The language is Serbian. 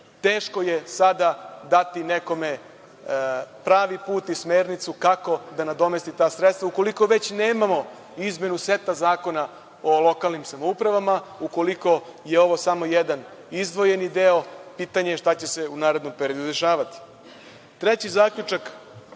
Teško je sada dati nekome pravi put i smernicu kako da nadomesti ta sredstva. Ukoliko već nemamo izmenu seta Zakona o lokalnim samoupravama, ukoliko je ovo samo jedan izdvojeni deo, pitanje šta će se u narednom periodu dešavati. Treći zaključak